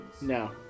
No